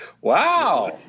Wow